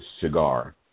cigar